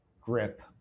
grip